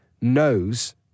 knows